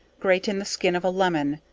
grate in the skin of a lemon,